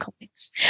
comics